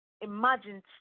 imagine